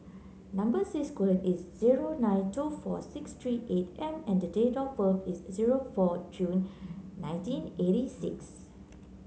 number is S zero nine two four six three eight M and date of birth is zero four June nineteen eighty six